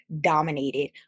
dominated